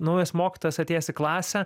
naujas mokytojas atėjęs į klasę